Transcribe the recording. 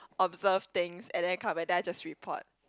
observe things and then come back then I just report